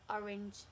Orange